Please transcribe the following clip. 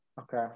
Okay